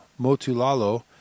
Motulalo